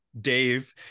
Dave